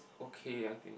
okay I think